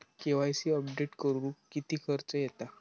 KYC update करुक किती खर्च येता?